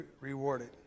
rewarded